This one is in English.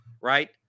right